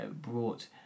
brought